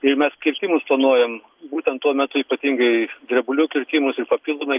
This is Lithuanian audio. ir mes kirtimus planuojam būtent tuo metu ypatingai drebulių kirtimus ir papildomai